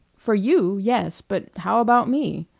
for you yes. but how about me?